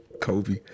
Kobe